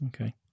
Okay